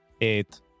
Eight